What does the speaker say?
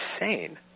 insane